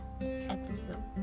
episode